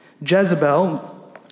Jezebel